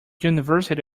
university